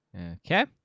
Okay